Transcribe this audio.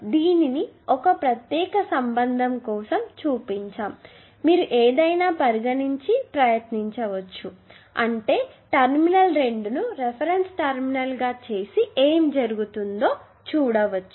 దీనిని ఒక ప్రత్యేక సందర్భం కోసం చూపించాము మీరు మరేదయినా పరిగణించి ప్రయత్నించవచ్చు అంటే టెర్మినల్ 2 ను రిఫరెన్స్ టెర్మినల్ చేసి ఏమి జరుగుతుందో చూడండి